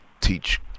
teach